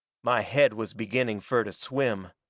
my head was beginning fur to swim.